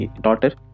daughter